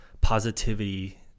positivity